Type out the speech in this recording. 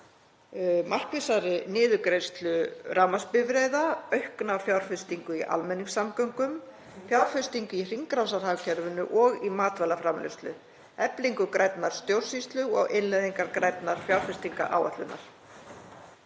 markvissari niðurgreiðslu rafmagnsbifreiða, aukna fjárfestingu í almenningssamgöngum, fjárfestingu í hringrásarhagkerfinu og í matvælaframleiðslu, eflingu grænnar stjórnsýslu og innleiðingu grænnar fjárfestingaráætlunar.